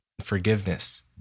forgiveness